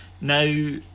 Now